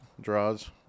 draws